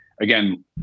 Again